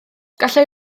gallai